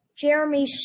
Jeremy